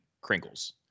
crinkles